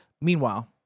Meanwhile